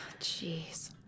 Jeez